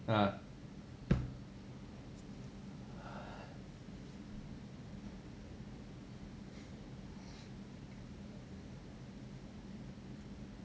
ah